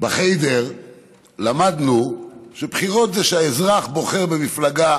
בחדר למדנו שבחירות זה שהאזרח בוחר במפלגה